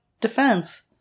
defense